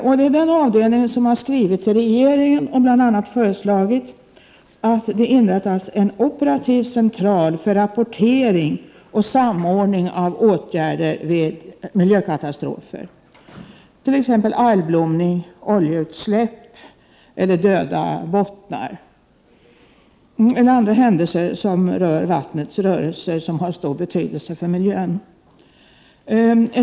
Det är den avdelningen som har skrivit till regeringen och bl.a. föreslagit att det inrättas en operativ central för rapportering och samordning av åtgärder vid miljökatastrofer, t.ex. algblomning, oljeutsläpp, bottendöd eller andra händelser som påverkas av vattnets rörelse och som har stor betydelse för miljön.